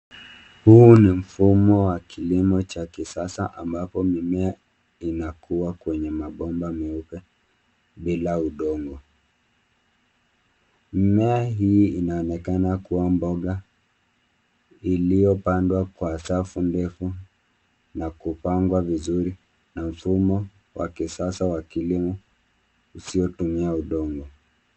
Huu ni mfumo wa kilimo cha kisasa ambapo mimea inakua kwenye mabomba meupe bila udongo. Mmea hii inaonekana kuwa mboga iliyopandwa kwa safu ndefu na kupangwa vizuri na mfumo wa kisasa wa kilimo usiotumia udongo.